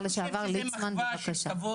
אני עשיתי את זה מתוך מחווה של רצון